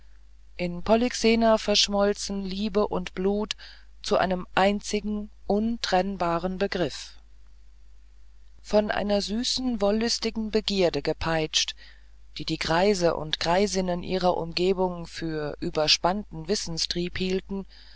in polyxena verschmolz liebe und blut zu einem einzigen untrennbaren begriff von einer süßen wollüstigen begierde gepeitscht die die greise und greisinnen ihrer umgebung für überspannten wissenstrieb hielten